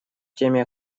теме